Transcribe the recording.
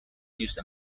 use